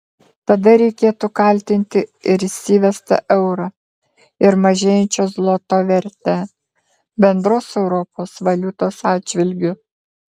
tada reikėtų kaltinti ir įsivestą eurą ir mažėjančio zloto vertę bendros europos valiutos atžvilgiu